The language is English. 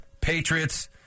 Patriots